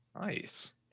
Nice